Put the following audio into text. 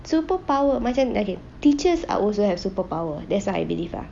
superpower macam okay teachers are also have superpower that's what I believe ah